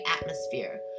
atmosphere